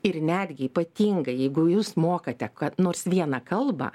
ir netgi ypatingai jeigu jūs mokate kad nors vieną kalbą